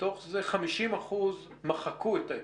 מתוך זה 50% מחקו את האפליקציה,